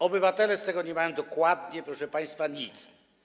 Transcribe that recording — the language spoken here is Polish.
Obywatele z tego nie mają dokładnie, proszę państwa, nic.